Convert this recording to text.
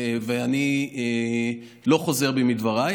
ואני לא חוזר בי מדבריי,